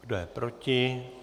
Kdo je proti?